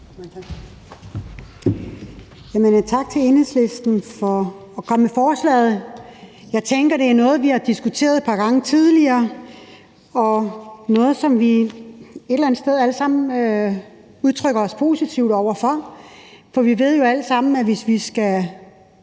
Tak til Enhedslisten for at komme med forslaget. Jeg tænker, at det er noget, vi har diskuteret et par gange tidligere, og noget, som vi et eller andet sted alle sammen udtrykker os positivt over for, for vi ved jo alle sammen, at hvis vi skal